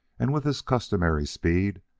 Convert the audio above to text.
and, with his customary speed,